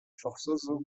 forzoso